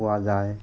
পোৱা যায়